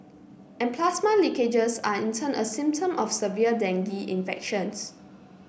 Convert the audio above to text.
and plasma leakages are in turn a symptom of severe dengue infections